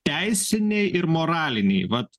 teisiniai ir moraliniai vat